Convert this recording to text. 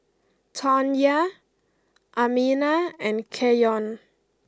Tawnya Amina and Keyon